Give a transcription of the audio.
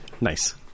Nice